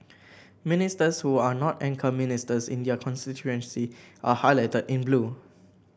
ministers who are not anchor ministers in their constituency are highlighted in blue